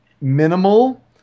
minimal